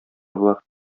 болар